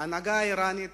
ההנהגה האירנית